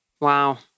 Wow